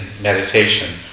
meditation